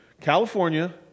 California